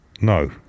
No